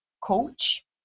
coach